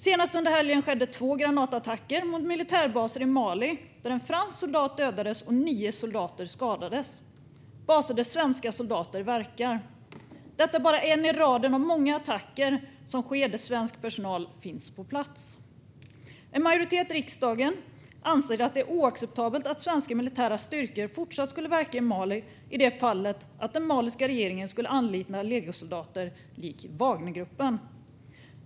Senast under helgen skedde två granatattacker mot militärbaser i Mali, där en fransk soldat dödades och nio soldater skadades. Det är baser där svenska soldater verkar. Detta är bara en i raden av många attacker som sker där svensk personal finns på plats. En majoritet i riksdagen anser att det är oacceptabelt att svenska militära styrkor fortsatt ska verka i Mali i det fall den maliska regeringen anlitar legosoldater likt Wagnergruppen.